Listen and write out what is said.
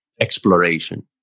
exploration